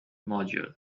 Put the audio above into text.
module